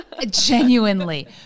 Genuinely